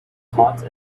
caught